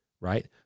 right